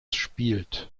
spielt